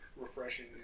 refreshing